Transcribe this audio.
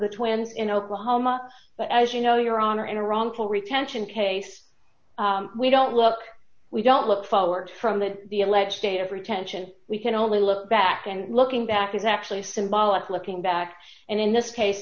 the twins in oklahoma but as you know your honor in a wrongful retention case we don't look we don't look forward from that the alleged date of retention we can only look back and looking back it's actually symbolic looking back and in this case